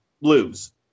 lose